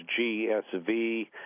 GSV